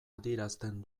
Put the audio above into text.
adierazten